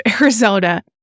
Arizona